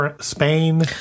Spain